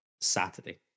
Saturday